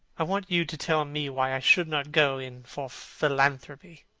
i want you to tell me why i should not go in for philanthropy.